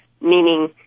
meaning